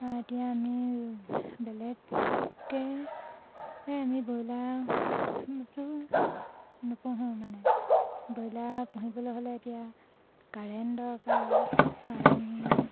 এতিয়া আমি বেলেগকে আমি ব্ৰইলাৰটো নুপুহোঁ মানে ব্ৰইলাৰ পুহিবলৈ হ'লে এতিয়া কাৰেণ্ট দৰকাৰ কাৰেণ্ট